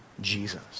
Jesus